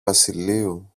βασιλείου